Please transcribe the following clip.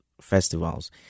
festivals